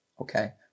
okay